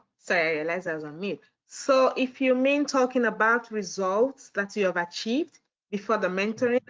so realize i was on mute. so if you mean talking about results that you have achieved before the mentoring,